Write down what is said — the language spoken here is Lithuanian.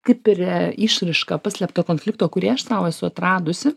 kaip ir išraiška paslėpto konflikto kurį aš sau esu atradusi